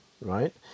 right